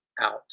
out